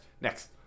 Next